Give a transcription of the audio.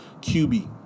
QB